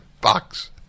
box